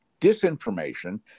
disinformation